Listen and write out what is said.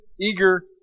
eager